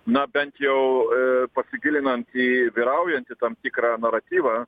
na bent jau pasigilinant į vyraujantį tam tikrą naratyvą